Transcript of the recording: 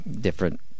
different